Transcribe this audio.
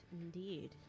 indeed